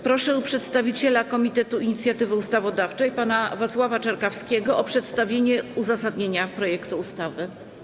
Proszę przedstawiciela Komitetu Inicjatywy Ustawodawczej pana Wacława Czerkawskiego o przedstawienie uzasadnienia projektu ustawy.